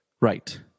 Right